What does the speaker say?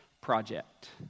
project